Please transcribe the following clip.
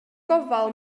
gofal